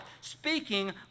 speaking